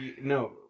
No